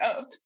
up